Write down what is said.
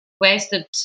wasted